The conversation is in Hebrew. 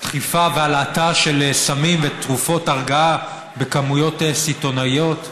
דחיפה והלעטה של סמים ותרופות הרגעה בכמויות סיטונאיות.